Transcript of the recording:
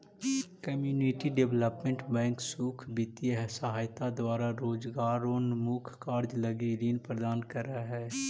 community development bank सुख वित्तीय सहायता द्वारा रोजगारोन्मुख कार्य लगी ऋण प्रदान करऽ हइ